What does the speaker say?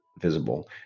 visible